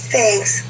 Thanks